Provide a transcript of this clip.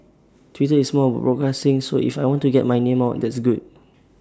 Twitter is more broadcasting so if I want to get my name out that's good